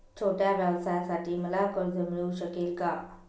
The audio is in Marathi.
छोट्या व्यवसायासाठी मला कर्ज मिळू शकेल का?